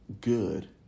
good